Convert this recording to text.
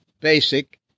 basic